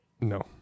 No